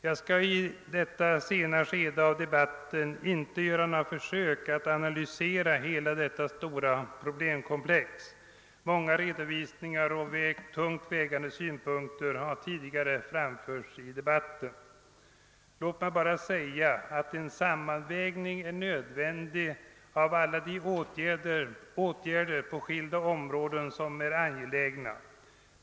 Jag skall i detta sena skede av debat ten inte göra några försök att analysera hela detta stora problemkomplex. Många redovisningar av tungt vägande synpunkter har tidigare framförts i debatten. Låt mig bara säga att en sammanvägning av alla de åtgärder på skilda områden, som är angelägna, är nödvändig.